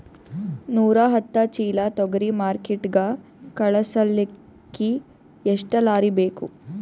ನೂರಾಹತ್ತ ಚೀಲಾ ತೊಗರಿ ಮಾರ್ಕಿಟಿಗ ಕಳಸಲಿಕ್ಕಿ ಎಷ್ಟ ಲಾರಿ ಬೇಕು?